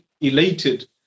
elated